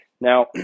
now